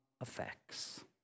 effects